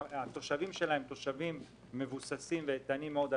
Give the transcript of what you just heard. התושבים שלהן הם תושבים מבוססים ואיתנים מאוד,